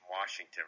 Washington